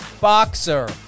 boxer